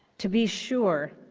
to be sure,